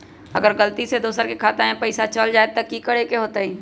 अगर गलती से दोसर के खाता में पैसा चल जताय त की करे के होतय?